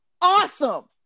awesome